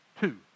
two